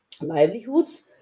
livelihoods